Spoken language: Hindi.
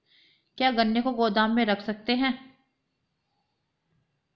क्या गन्ने को गोदाम में रख सकते हैं?